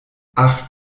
ach